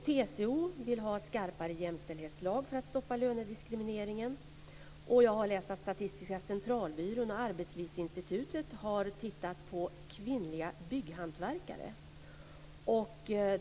TCO vill ha skarpare jämställdhetslag för att stoppa lönediskrimineringen. Jag har läst att Statistiska centralbyrån och Arbetslivsinstitutet har tittat på kvinnliga bygghantverkare.